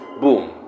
boom